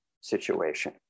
situation